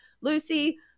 lucy